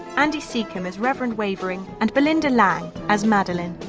andy secombe as reverend wavering, and belinda lang as madeleine,